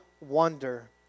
wonder